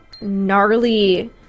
gnarly